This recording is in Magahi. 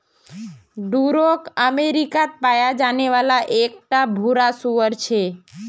डूरोक अमेरिकात पाया जाने वाला एक टा भूरा सूअर छे